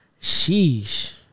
Sheesh